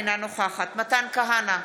אינה נוכחת מתן כהנא,